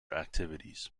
activities